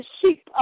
sheep